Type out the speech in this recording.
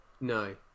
no